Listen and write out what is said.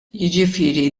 jiġifieri